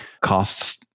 costs